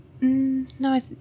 No